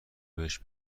بهش